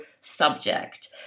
subject